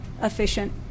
efficient